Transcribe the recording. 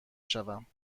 شوم